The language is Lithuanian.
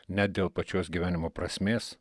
ne dėl pačios gyvenimo prasmės